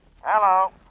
Hello